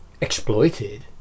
exploited